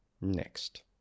next